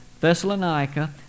Thessalonica